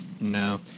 No